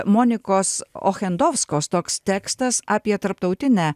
monikos ochendovskos toks tekstas apie tarptautinę